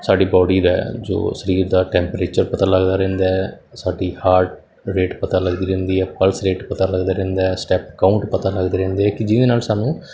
ਸਾਡੀ ਬੋਡੀ ਦਾ ਜੋ ਸਰੀਰ ਦਾ ਟੈਂਪਰੇਚਰ ਪਤਾ ਲੱਗਦਾ ਰਹਿੰਦਾ ਸਾਡੀ ਹਾਰਟ ਰੇਟ ਪਤਾ ਲੱਗਦੀ ਰਹਿੰਦੀ ਹੈ ਪਲਸ ਰੇਟ ਪਤਾ ਲੱਗਦਾ ਰਹਿੰਦਾ ਸਟੈੱਪ ਕਾਊਂਟ ਪਤਾ ਲੱਗਦਾ ਰਹਿੰਦਾ ਕਿ ਜਿਹਦੇ ਨਾਲ ਸਾਨੂੰ